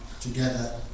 together